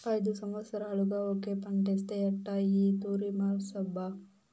ఐదు సంవత్సరాలుగా ఒకే పంటేస్తే ఎట్టా ఈ తూరి మార్సప్పా